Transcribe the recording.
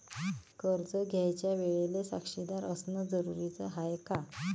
कर्ज घ्यायच्या वेळेले साक्षीदार असनं जरुरीच हाय का?